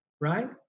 right